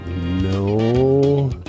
no